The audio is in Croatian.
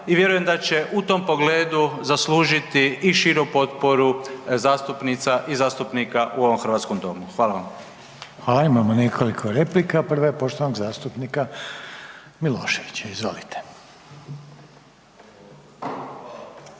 i vjerujem da će u tom pogledu zaslužiti i širu potporu zastupnica i zastupnika u ovom hrvatskom domu. Hvala vam. **Reiner, Željko (HDZ)** Hvala. Imamo nekoliko replika, prva je poštovanog zastupnika Miloševića. Mikrofon, molim.